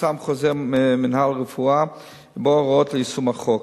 פורסם חוזר מינהל רפואה ובו הוראות ליישום החוק.